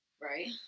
Right